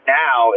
now